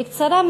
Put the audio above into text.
בקצרה,